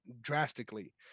drastically